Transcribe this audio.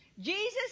Jesus